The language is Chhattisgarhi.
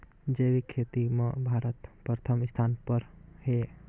जैविक खेती म भारत प्रथम स्थान पर हे